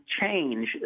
change